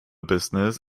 business